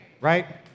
Right